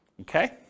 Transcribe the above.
okay